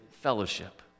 fellowship